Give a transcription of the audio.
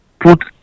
put